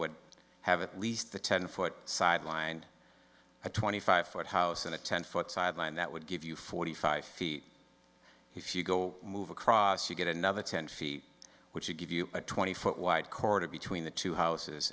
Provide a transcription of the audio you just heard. would have at least a ten foot sidelined a twenty five foot house and a ten foot side line that would give you forty five feet if you go move across you get another ten feet which would give you a twenty foot wide corridor between the two houses